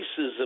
racism